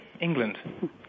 england